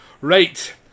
Right